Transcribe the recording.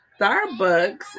Starbucks